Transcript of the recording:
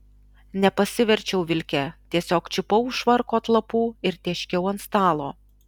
nepasiverčiau vilke tiesiog čiupau už švarko atlapų ir tėškiau ant stalo